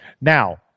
now